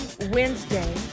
Wednesday